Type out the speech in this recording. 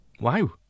Wow